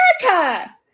America